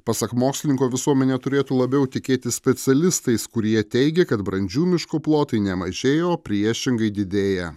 pasak mokslininko visuomenė turėtų labiau tikėti specialistais kurie teigia kad brandžių miškų plotai ne mažėja o priešingai didėja